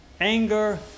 anger